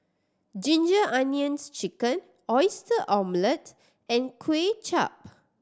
Ginger Onions Chicken Oyster Omelette and Kway Chap